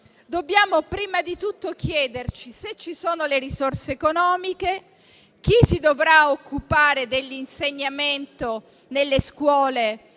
dobbiamo prima di tutto chiederci se ci sono le risorse economiche e chi si dovrà occupare dell'insegnamento nelle scuole